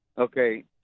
Okay